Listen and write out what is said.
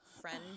friend